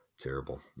Terrible